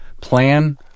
plan